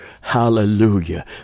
Hallelujah